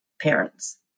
parents